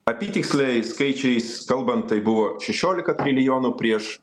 apytiksliais skaičiais kalbant tai buvo šešiolika trilijonų prieš